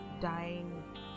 dying